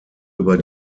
über